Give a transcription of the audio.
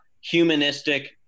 humanistic